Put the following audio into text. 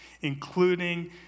including